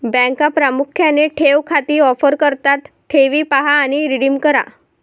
बँका प्रामुख्याने ठेव खाती ऑफर करतात ठेवी पहा आणि रिडीम करा